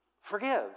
Forgive